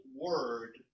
word